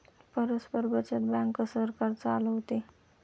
परस्पर बचत बँक सरकार चालवते